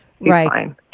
right